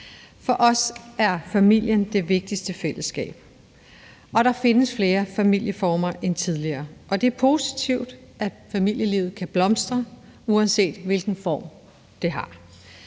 For os er familien det vigtigste fællesskab. Der findes flere familieformer end tidligere, og det er positivt, at familielivet kan blomstre, uanset hvilken form det har.